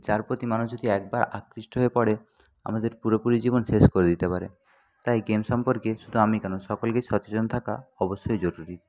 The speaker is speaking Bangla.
যার প্রতি মানুষ যদি একবার আকৃষ্ট হয়ে পড়ে আমাদের পুরোপুরি জীবন শেষ করে দিতে পারে তাই গেম সম্পর্কে শুধু আমি কেন সকলকেই সচেতন থাকা অবশ্যই জরুরি